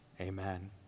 amen